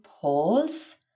pause